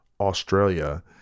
Australia